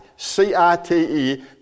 C-I-T-E